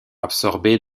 absorbé